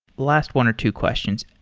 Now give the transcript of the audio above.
last one or two questions.